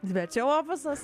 bet čia opusas